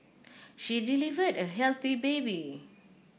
she delivered a healthy baby